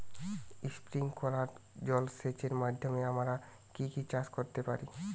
Sprinkler জলসেচের মাধ্যমে আমরা কি কি চাষ করতে পারি?